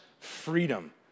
freedom